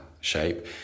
shape